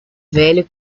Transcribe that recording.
velho